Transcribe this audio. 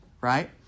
Right